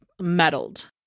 meddled